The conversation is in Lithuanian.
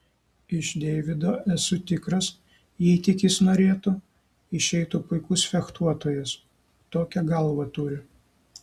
iš deivido esu tikras jei tik jis norėtų išeitų puikus fechtuotojas tokią galvą turi